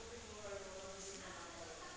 बाथा गेलेनाय मार्बल गेलेनाय